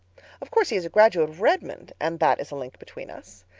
of course he is a graduate of redmond, and that is a link between us.